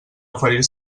oferir